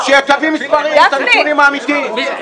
שתביא מספרים, את הנתונים האמיתיים.